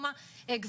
שמונה חודשים,